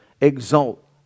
exalt